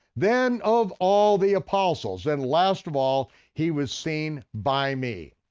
then of all the apostles, and last of all he was seen by me.